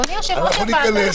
אדוני יושב-ראש הוועדה,